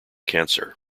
cancer